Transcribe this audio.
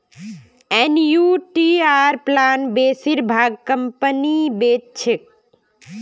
एनयूटीर प्लान बेसिर भाग कंपनी बेच छेक